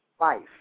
life